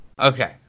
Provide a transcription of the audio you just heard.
Okay